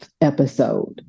episode